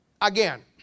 again